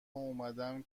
اومدم